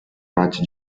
raig